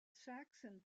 saxon